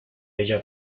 ella